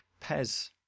Pez